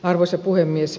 arvoisa puhemies